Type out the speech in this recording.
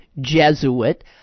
Jesuit